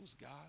God